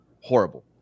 horrible